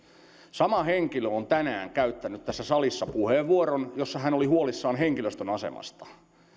sama henkilö joka on tänään käyttänyt tässä salissa puheenvuoron jossa hän oli huolissaan henkilöstön asemasta